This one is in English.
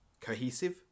cohesive